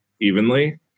evenly